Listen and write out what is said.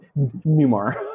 Newmar